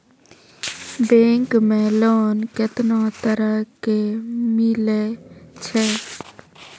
Bank मे loan कैतना तरह के मिलै छै?